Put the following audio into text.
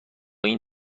این